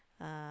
uh